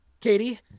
Katie